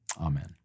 Amen